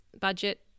budget